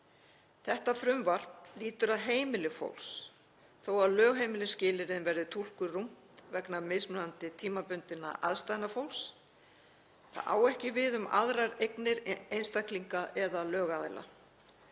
Þetta frumvarp lýtur að heimili fólks þótt lögheimilisskilyrðin verði túlkuð rúmt vegna mismunandi tímabundinna aðstæðna fólks. Frumvarpið á ekki við um aðrar eignir einstaklinga eða lögaðila.